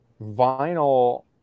vinyl